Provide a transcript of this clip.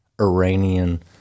Iranian